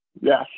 Yes